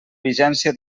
vigència